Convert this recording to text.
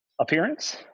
appearance